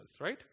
right